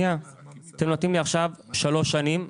אתם נותנים לי עכשיו שלוש שנים,